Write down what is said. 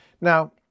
now